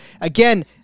again